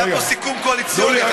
היה פה סיכום קואליציוני.